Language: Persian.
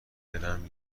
برم